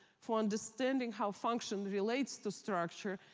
for understanding how function relates to structure,